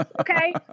Okay